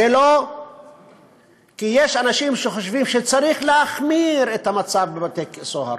יש אנשים שחושבים שצריך להחמיר את המצב בבתי-הסוהר,